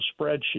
spreadsheet